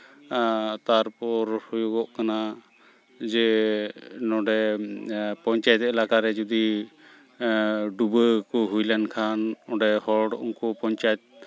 ᱛᱟᱨᱯᱚᱨ ᱦᱩᱭᱩᱜᱚᱜ ᱠᱟᱱᱟ ᱡᱮ ᱱᱚᱰᱮ ᱯᱚᱧᱪᱟᱭᱮᱛ ᱮᱞᱟᱠᱟ ᱨᱮ ᱡᱚᱫᱤ ᱰᱩᱵᱟᱹ ᱠᱚ ᱦᱩᱭ ᱞᱮᱱᱠᱷᱟᱱ ᱚᱸᱰᱮ ᱦᱚᱲ ᱩᱱᱠᱩ ᱯᱚᱧᱪᱟᱭᱮᱛ